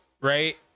right